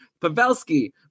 Pavelski